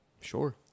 Sure